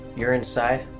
you're inside.